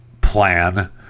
plan